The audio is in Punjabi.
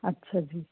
ਅੱਛਾ ਜੀ